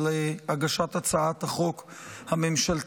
על הגשת הצעת החוק הממשלתית,